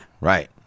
right